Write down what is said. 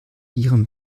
ihrem